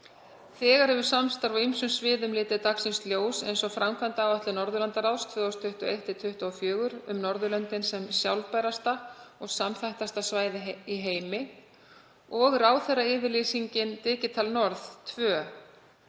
Þegar hefur samstarf á ýmsum sviðum litið dagsins ljós, eins og Framkvæmdaáætlun Norðurlandaráðs 2021–2024, um Norðurlöndin sem sjálfbærasta og samþættasta svæði í heimi, og Ráðherrayfirlýsingin Digital North 2.0